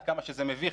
עד כמה שזה מביך,